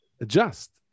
Adjust